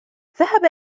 ذهب